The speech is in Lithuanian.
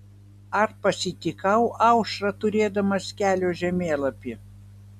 ar pasitikau aušrą turėdamas kelio žemėlapį